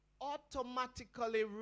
automatically